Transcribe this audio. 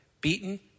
beaten